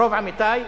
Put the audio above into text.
רוב עמיתי,